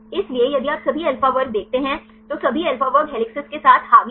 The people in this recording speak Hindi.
इसलिए यदि आप सभी अल्फा वर्ग देखते हैं तो सभी अल्फा वर्ग हेलिसेस के साथ हावी हैं